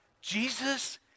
Jesus